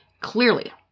Clearly